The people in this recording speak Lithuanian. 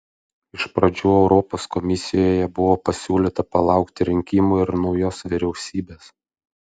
iš pradžių europos komisijoje buvo pasiūlyta palaukti rinkimų ir naujos vyriausybės